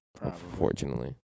unfortunately